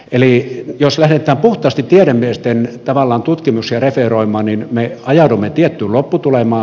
eli jos lähdetään puhtaasti tiedemiesten tutkimuksia referoimaan niin me ajaudumme tiettyyn lopputulemaan